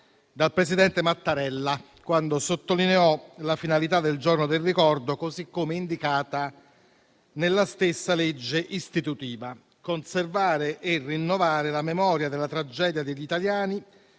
dal presidente Mattarella, quando sottolineò la finalità del Giorno del ricordo, così come indicata nella stessa legge istitutiva: «conservare e rinnovare la memoria della tragedia degli italiani